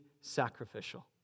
sacrificial